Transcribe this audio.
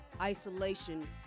isolation